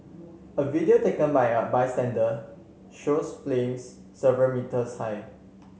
a video taken by a bystander shows flames several metres high